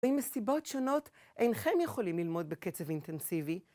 ואם מסיבות שונות אינכם יכולים ללמוד בקצב אינטנסיבי.